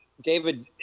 David